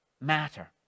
matter